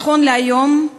נכון להיום,